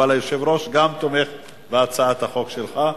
אבל היושב-ראש גם תומך בהצעת החוק שלך.